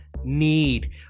need